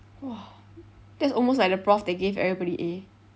!wah! that's almost like the prof that gave everybody A